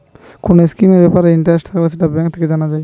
কোন স্কিমের ব্যাপারে ইন্টারেস্ট থাকলে সেটা ব্যাঙ্ক থেকে জানা যায়